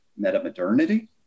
metamodernity